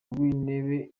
w’intebe